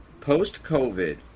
post-COVID